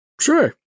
Sure